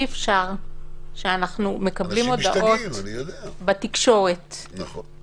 אי אפשר שאנחנו מקבלים הודעות בתקשורת -- אנשים משתגעים,